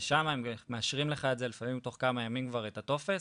ושם מאשרים לך לפעמים תוך כמה ימים כבר את הטופס,